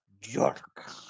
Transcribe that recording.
jerk